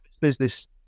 business